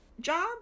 job